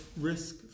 risk